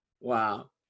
Wow